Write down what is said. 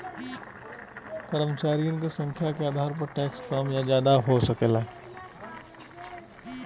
कर्मचारी क संख्या के आधार पर टैक्स कम या जादा हो सकला